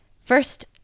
First